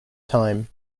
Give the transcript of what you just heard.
time